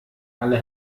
alle